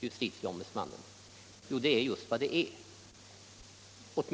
Herr Berndtson försöker göra gällande att det yrkande han